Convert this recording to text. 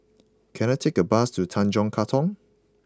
can I take a bus to Tanjong Katong